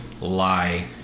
lie